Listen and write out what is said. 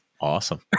Awesome